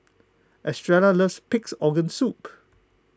Estrella loves Pig's Organ Soup